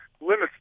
limits